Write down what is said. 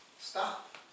stop